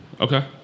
Okay